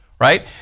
right